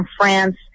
France